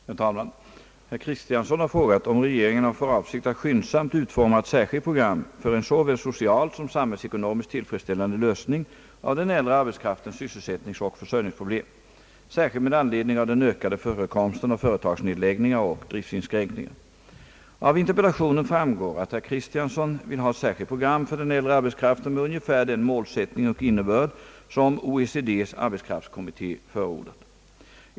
Herr talman! Herr Axel Kristiansson har frågat om regeringen har för avsikt att skyndsamt utforma ett särskilt program för en såväl socialt som samhällsekonomiskt tillfredsställande lösning av den äldre arbetskraftens sysselsättningsoch försörjningsproblem, särskilt med anledning av den ökade förekomsten av företagsnedläggningar och driftsinskränkningar. Av interpellationen framgår att herr Kristiansson vill ha ett särskilt program för den äldre arbetskraften med ungefär den målsättning och innebörd, som OECD:s arbetskraftskommitté förordat.